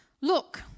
Look